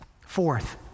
Fourth